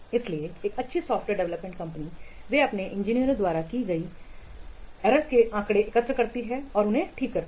इसलिए एक अच्छी सॉफ्टवेयर डेवलपमेंट कंपनियां वे अपने इंजीनियरों द्वारा की गई त्रुटियों के आंकड़े एकत्र करती हैं ठीक है